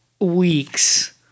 weeks